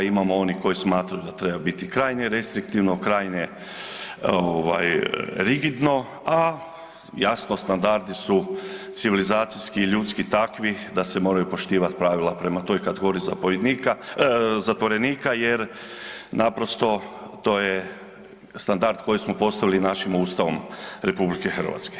Imamo onih koji smatraju da treba biti krajnje restriktivno, krajnje ovaj rigidno, a jasno standardi su civilizacijski i ljudski takvi da se moraju poštivati pravila prema toj kategoriji zapovjednika, zatvorenika jer naprosto to je standard koji smo postavili našim Ustavom RH.